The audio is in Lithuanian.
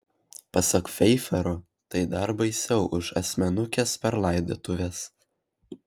pasak feifero tai dar baisiau už asmenukes per laidotuves